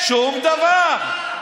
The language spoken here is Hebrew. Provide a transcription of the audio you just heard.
שום דבר.